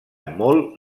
molt